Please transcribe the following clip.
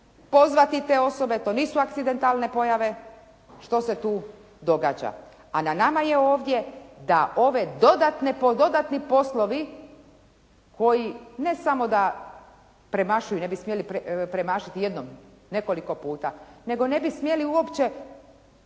pozvati te osobe, to nisu akcidentalne pojave što se tu događa. A na nama je ovdje da ove dodatni poslovi koji ne samo da premašuju, ne bi smjeli premašiti jednom, nekoliko puta, nego ne bi smjeli uopće